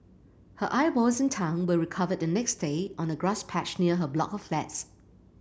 her eyeballs and tongue were recovered the next day on a grass patch near her block of flats